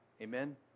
Amen